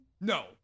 No